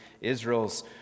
Israel's